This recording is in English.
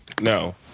No